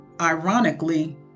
ironically